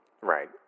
Right